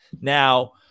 Now